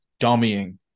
dummying